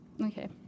Okay